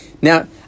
Now